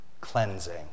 Cleansing